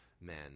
men